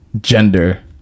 gender